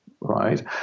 Right